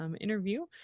interview